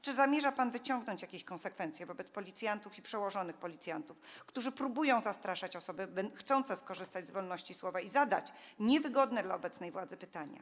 Czy zamierza pan wyciągnąć jakieś konsekwencje wobec policjantów i przełożonych policjantów, którzy próbują zastraszać osoby chcące skorzystać z wolności słowa i zadać niewygodne dla obecnej władzy pytania?